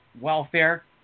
welfare